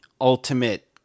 ultimate